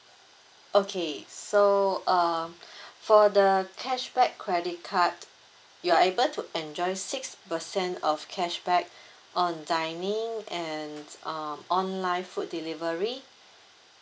okay so uh for the cashback credit card you are able to enjoy six percent of cashback on dining and um online food delivery